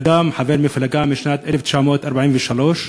חבר מפלגה משנת 1943,